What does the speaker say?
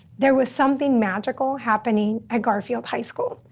there was something magical happening at garfield high school.